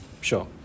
sure